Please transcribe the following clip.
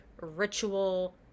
ritual